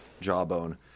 jawbone